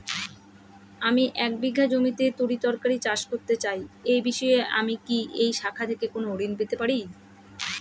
আমি এক বিঘা জমিতে তরিতরকারি চাষ করতে চাই এই বিষয়ে আমি কি এই শাখা থেকে কোন ঋণ পেতে পারি?